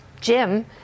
Jim